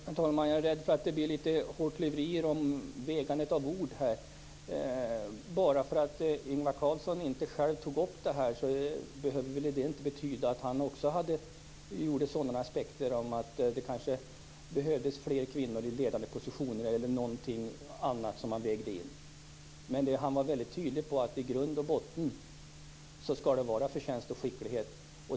Herr talman! Jag är rädd för att det blir litet hårklyverier och vägande av ord. Bara för att Ingvar Carlsson själv inte tog upp detta behöver väl inte det betyda att han inte beaktade sådana aspekter som att det kanske behövdes fler kvinnor i ledande positioner. Men han sade väldigt tydligt att i grund och botten skulle det avgörande vara förtjänst och skicklighet.